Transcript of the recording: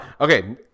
okay